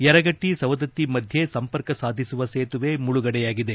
ಯರಗಟ್ಟ ಸವದತ್ತಿ ಮಧ್ಯೆ ಸಂಪರ್ಕ ಸಾಧಿಸುವ ಸೇತುವೆ ಮುಳಗಡೆಯಾಗಿದೆ